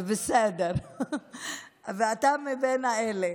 זה בסדר, ואתה בין אלה.